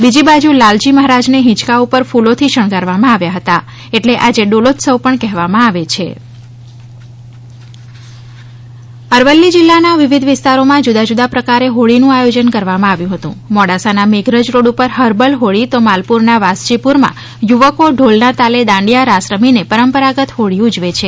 બીજી બાજુ લાલજી મહારાજને હિંચકા ઉપર કૂલોથી શણગારવામાં પણ આવ્યા હતા એટલે આજે ડોલોત્સવપણ કહેવામાં આવે છે હ્રોળી અરવલ્લી અરવલ્લી જિલ્લાના વિવિધ વિસ્તારોમાં જુદા જુદા પ્રકારે હોળીનું આયોજન કરવામાં આવ્યું મોડાસાના મેઘરજ રોડ પર હર્બલ હોળી તો માલપુરના વાસજીપુરમાં યુવકો ઢોલના તાલે દાંડિયા રાસ રમીને પરંપરાગત હોળી ઉજવે છે